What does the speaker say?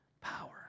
power